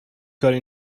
کاری